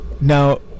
now